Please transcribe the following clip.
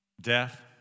death